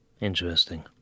Interesting